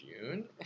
June